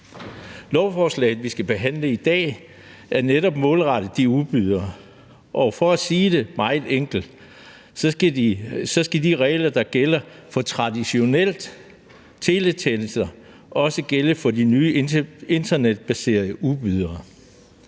Lovforslaget, vi skal behandle i dag, er netop målrettet de udbydere. Og for at sige det meget enkelt skal de regler, der gælder for traditionelle teletjenester, også gælde for de nye internetbaserede udbydere.